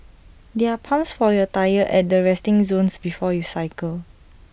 there are pumps for your tyres at the resting zones before you cycle